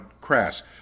crass